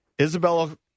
Isabella